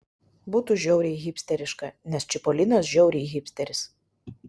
būtų žiauriai hipsteriška nes čipolinas žiauriai hipsteris